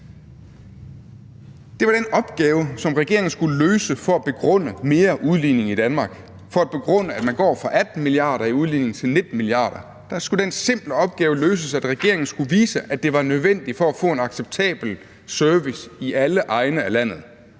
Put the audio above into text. Det var den opgave, som regeringen skulle løse for at begrunde mere udligning i Danmark, for at begrunde, at man går fra 18 mia. kr. til 19 mia. kr. i udligning. Der skulle løses den simple opgave, at regeringen skulle vise, at det var nødvendigt for at få en acceptabel service i alle egne af landet.